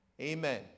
Amen